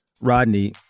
Rodney